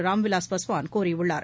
ராம்விலாஸ் பாஸ்வான் கூறியுள்ளார்